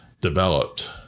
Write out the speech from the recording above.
developed